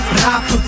rap